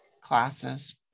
classes